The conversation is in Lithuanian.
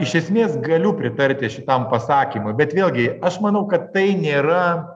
iš esmės galiu pritarti šitam pasakymui bet vėlgi aš manau kad tai nėra